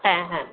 হ্যাঁ হ্যাঁ